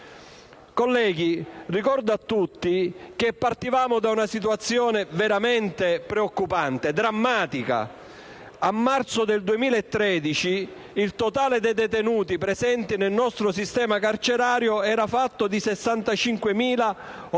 Colleghi, ricordo a tutti che partivamo da una situazione veramente preoccupante e drammatica. A marzo 2013, il totale dei detenuti presenti nel nostro sistema carcerario era pari a 65.831 detenuti.